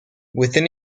within